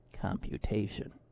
computation